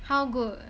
how good